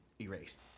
erased